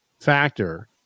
factor